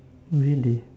really